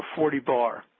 forty bar?